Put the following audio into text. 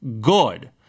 good